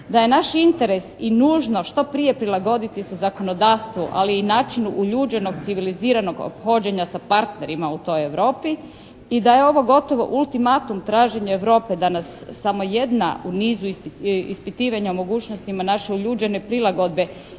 da je naš interes i nužno što prije prilagoditi se zakonodavstvu, ali i načinu uljeđenog civiliziranog ophođenja sa partnerima u toj Europi i da je ovo gotov ultimatum traženja Europe da nas samo jedna u niz ispitivanja u mogućnostima naše uljuđene prilagodbe